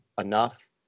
enough